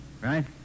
Right